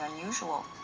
unusual